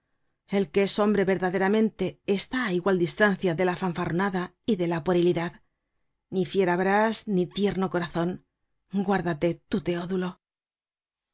el que es hombre verdaderamente está á igual distancia de la fanfarronada y de la puerilidad ni fierabras ni tierno corazon guárdate tú teodulo